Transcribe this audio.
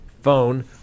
phone